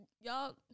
Y'all